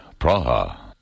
Praha